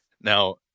Now